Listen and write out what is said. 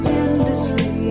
endlessly